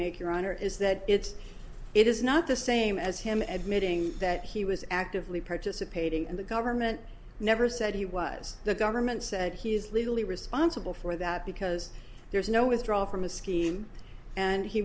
make your honor is that it's it is not the same as him admitting that he was actively participating in the government never said he was the government said he is legally responsible for that because there is no withdraw from the scheme and he